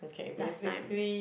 last time